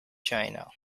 china